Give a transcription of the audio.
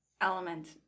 element